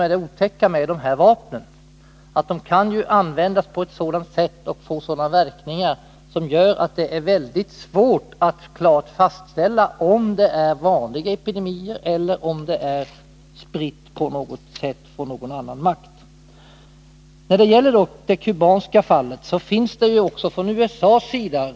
Och det är just det som är det otäcka med vapnen — de kan användas på ett sådant sätt och få sådana verkningar att det är väldigt svårt att klart fastställa om det är fråga om vanliga epidemier eller om det på något sätt skett en spridning av någon annan makt. När det gäller det kubanska fallet finns det också rapporter ifrån USA:s sida.